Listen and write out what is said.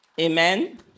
Amen